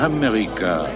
America